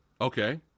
Okay